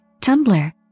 Tumblr